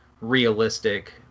realistic